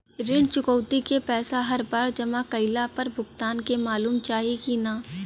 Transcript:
ऋण चुकौती के पैसा हर बार जमा कईला पर भुगतान के मालूम चाही की ना?